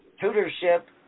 tutorship